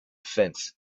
fence